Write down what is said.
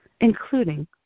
including